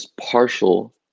partial